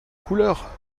couleurs